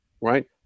right